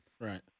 Right